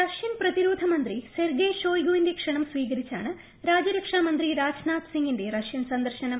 Russian പ്രതിരോധ മന്ത്രി Sergei ഷോയിഗിന്റെ ക്ഷണം സ്വീകരിച്ചാണ് രാജ്യരക്ഷാ മന്ത്രി രാജ്നാഥ് സിംഗിന്റെ റഷ്യൻ സന്ദർശനം